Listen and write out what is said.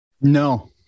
No